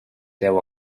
deu